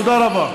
תודה רבה.